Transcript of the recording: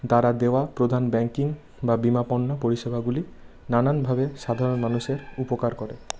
দ্বারা দেওয়া প্রধান ব্যাঙ্কিং বা বিমা পণ্য পরিষেবাগুলি নানানভাবে সাধারণ মানুষের উপকার করে